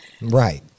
right